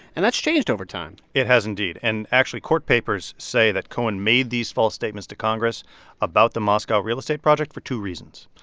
and that's changed over time it has indeed. and actually, court papers say that cohen made these false statements to congress about the moscow real estate project for two reasons.